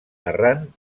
arran